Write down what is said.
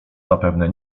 zapewne